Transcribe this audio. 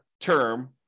term